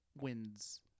Wins